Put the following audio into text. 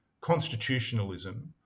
constitutionalism